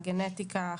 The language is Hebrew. גנטיקה,